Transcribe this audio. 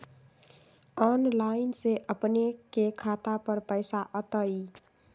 Online से अपने के खाता पर पैसा आ तई?